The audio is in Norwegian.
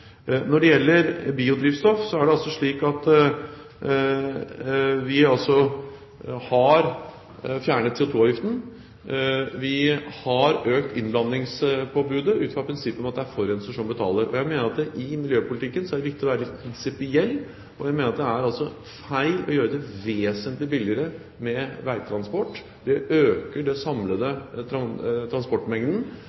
Når det gjelder biodrivstoff, har vi altså fjernet CO2-avgiften, og vi har økt innblandingspåbudet ut fra prinsippet om at det er forurenser som betaler. Jeg mener at i miljøpolitikken er det viktig å være litt prinsipiell. Jeg mener det er feil å gjøre det vesentlig billigere med veitransport, det øker den samlede